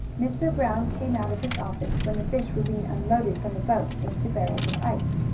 mr. brown came out of his office when the fish were being unloaded from the boat, into barrels of ice.